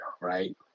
right